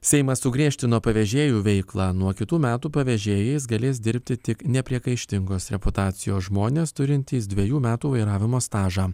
seimas sugriežtino pavežėjų veiklą nuo kitų metų pavežėjais jais galės dirbti tik nepriekaištingos reputacijos žmonės turintys dvejų metų vairavimo stažą